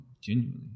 genuinely